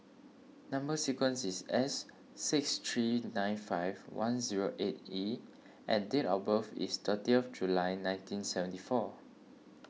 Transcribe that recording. Number Sequence is S six three nine five one zero eight E and date of birth is thirtieth July nineteen seventy four